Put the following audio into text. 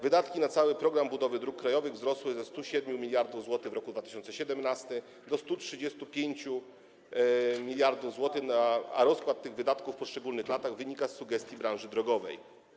Wydatki na cały „Program budowy dróg krajowych” wzrosły ze 107 mld zł w roku 2017 do 135 mld zł, a rozkład tych wydatków w poszczególnych latach wynika z sugestii branży drogowej.